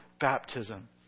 baptism